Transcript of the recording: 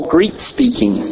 Greek-speaking